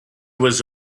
was